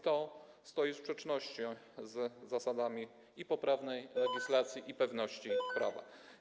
To stoi w sprzeczności z zasadami poprawnej legislacji i pewności prawa.